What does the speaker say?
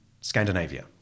Scandinavia